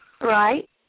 Right